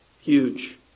huge